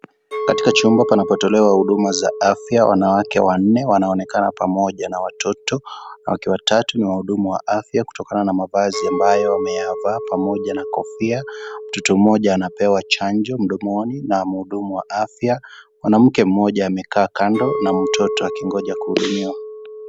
Katika chumba panapotolewa huduma za afya. Wanawake wanne wanaonekana pamoja na watoto. Wakiwa watatu na wahudumu wa afya kutokana na mavazi ambayo wameyavaa pamoja na kofia. Mtoto mmoja anapewa chanjo mdomoni na mhudumu wa afya. Mwanamke mmoja amekaa kando na mtoto akingoja kuhudumiwa.